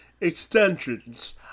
Extensions